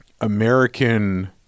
American